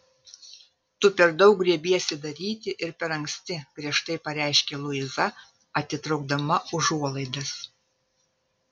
tu per daug griebeisi daryti ir per anksti griežtai pareiškė luiza atitraukdama užuolaidas